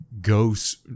ghosts